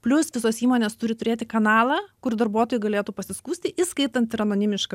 plius visos įmonės turi turėti kanalą kur darbuotojai galėtų pasiskųsti įskaitant ir anonimišką